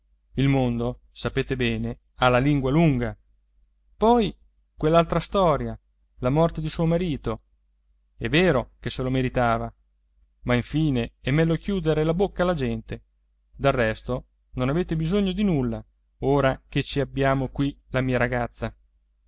il mondo sapete bene ha la lingua lunga poi quell'altra storia la morte di suo marito è vero che se lo meritava ma infine è meglio chiudere la bocca alla gente del resto non avete bisogno di nulla ora che ci abbiamo qui la mia ragazza